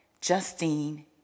Justine